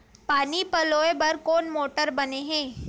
पानी पलोय बर कोन मोटर बने हे?